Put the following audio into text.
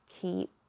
keep